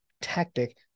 tactic